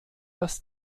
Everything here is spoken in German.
das